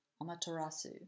Amaterasu